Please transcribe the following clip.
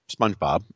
Spongebob